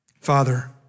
Father